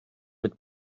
mit